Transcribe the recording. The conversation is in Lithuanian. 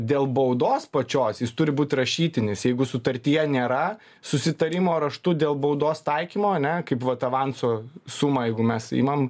dėl baudos pačios jis turi būt rašytinis jeigu sutartyje nėra susitarimo raštu dėl baudos taikymo ane kaip vat avanso sumą jeigu mes imam